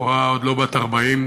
בחורה עוד לא בת 40,